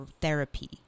therapy